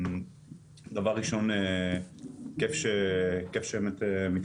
כייף שבאמת מתעסקים בנושא שהוא בעינינו מאוד חשוב.